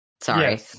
Sorry